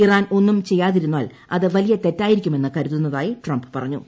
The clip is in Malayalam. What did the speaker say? ഇറാൻ ഒന്നും ചെയ്യാതിരുന്നാൽ അത് വലിയ തെറ്റായിരിക്കുമെന്ന് കരുതുന്നതായി ട്രംപ് പറഞ്ഞു